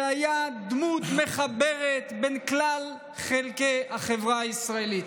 שהיה דמות מחברת בין כלל חלקי החברה הישראלית.